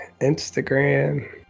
instagram